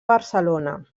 barcelona